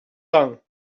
ans